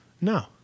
No